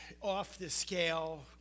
off-the-scale